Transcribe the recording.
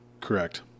Correct